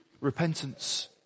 repentance